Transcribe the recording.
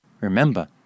Remember